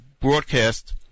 broadcast